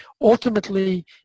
Ultimately